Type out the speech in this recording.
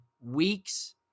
weeks